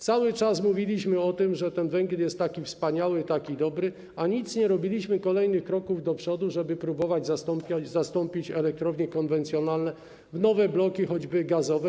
Cały czas mówiliśmy o tym, że ten węgiel jest taki wspaniały, taki dobry, a nic nie robiliśmy, żadnych kolejnych kroków do przodu, żeby próbować zastąpić elektrownie konwencjonalne nowymi blokami, choćby gazowymi.